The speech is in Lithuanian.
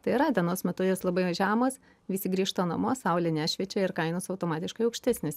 tai yra dienos metu jos labai žemos visi grįžta namo saulė nešviečia ir kainos automatiškai aukštesnės